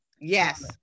yes